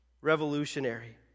revolutionary